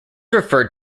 referred